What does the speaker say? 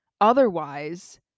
Otherwise